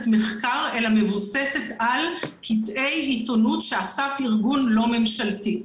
מחקר אלא מבוססת על קטעי עיתונות שאסף ארגון לא ממשלתי,